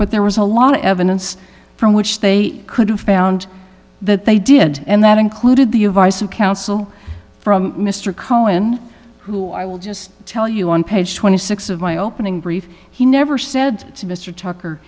but there was a lot of evidence from which they could have found that they did and that included the advice of counsel from mr cohen who i will just tell you on page twenty six of my opening brief he never said to mr tucker